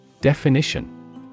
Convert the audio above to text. Definition